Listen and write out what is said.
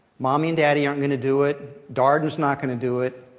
mommy and daddy aren't going to do it. darden is not going to do it.